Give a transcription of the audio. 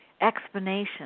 explanation